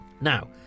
Now